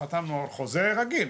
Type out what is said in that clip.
חתמנו על חוזה רגיל.